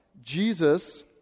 Jesus